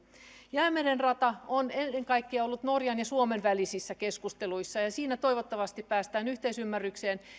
jäämeren rata on ennen kaikkea ollut norjan ja suomen välisissä keskusteluissa ja siinä toivottavasti päästään yhteisymmärrykseen